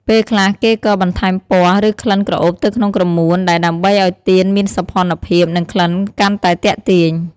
ពេលខ្លះ គេក៏បន្ថែមពណ៌ ឬក្លិនក្រអូបទៅក្នុងក្រមួនដែរដើម្បីឲ្យទៀនមានសោភ័ណភាព និងក្លិនកាន់តែទាក់ទាញ ។